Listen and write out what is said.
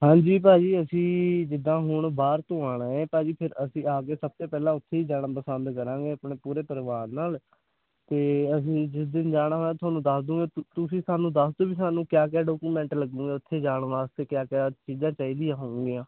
ਹਾਂਜੀ ਭਾਜੀ ਅਸੀਂ ਜਿੱਦਾਂ ਹੁਣ ਬਾਹਰ ਤੋਂ ਆਉਣਾ ਹੈ ਭਾਜੀ ਫਿਰ ਅਸੀਂ ਆ ਕੇ ਸਭ ਤੋਂ ਪਹਿਲਾਂ ਓੱਥੇ ਹੀ ਜਾਣਾ ਪਸੰਦ ਕਰਾਂਗੇ ਆਪਣੇ ਪੂਰੇ ਪਰਿਵਾਰ ਨਾਲ ਅਤੇ ਅਸੀਂ ਜਿਸ ਦਿਨ ਜਾਣਾ ਹੋਇਆ ਤੁਹਾਨੂੰ ਦੱਸ ਦੇਊਂਗੇ ਤੁਸੀਂ ਸਾਨੂੰ ਦੱਸ ਦਿਓ ਵੀ ਸਾਨੂੰ ਕਿਆ ਕਿਆ ਡੋਕੂਮੈਂਟ ਲੱਗੁਗੇ ਓੱਥੇ ਜਾਣ ਵਾਸਤੇ ਕਿਆ ਕਿਆ ਚੀਜ਼ਾਂ ਚਾਹੀਦੀਆਂ ਹੋਊਗੀਆਂ